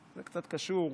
זה קצת קשור.